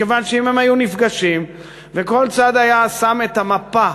מכיוון שאם הם היו נפגשים וכל צד היה שם את המפה,